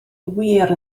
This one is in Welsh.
wir